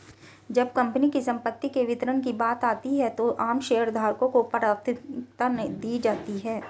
जब कंपनी की संपत्ति के वितरण की बात आती है तो आम शेयरधारकों को प्राथमिकता नहीं दी जाती है